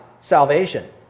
salvation